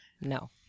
no